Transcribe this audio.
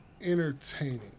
entertaining